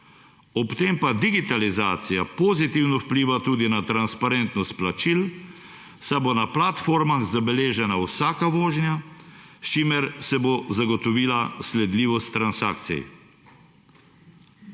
ob tem pa digitalizacija pozitivno vpliva tudi na transparentnost plačil, saj bo na platformah zabeležena vsaka vožnja, s čimer se bo zagotovila sledljivost transakcij.